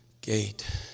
gate